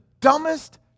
dumbest